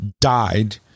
died